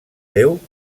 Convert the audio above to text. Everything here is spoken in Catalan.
déu